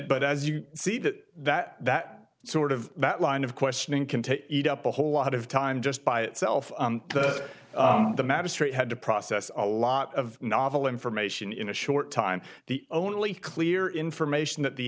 but as you see that that that sort of that line of questioning can take up a whole lot of time just by itself the magistrate had to process a lot of novel information in a short time the only clear information that the